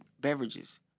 beverages